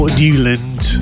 newland